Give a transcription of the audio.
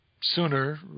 Sooner